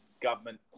government